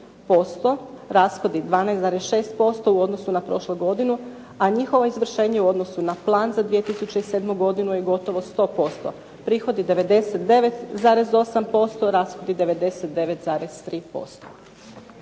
posto, rashodi 12,6% u odnosu na prošlu godinu, a njihovo izvršenje u odnosu na plan za 2007. godinu je gotovo 100%, prihodi 99,8%, rashodi 99,3%.